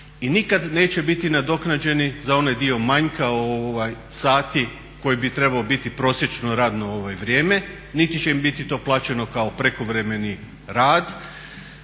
nikada neće biti nadoknađeni za onaj dio manjka sati koji bi trebao biti prosječno radno vrijeme niti će im biti to plaćeno kao prekovremeni rad.